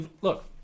Look